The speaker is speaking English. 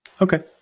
Okay